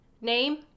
Name